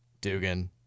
Dugan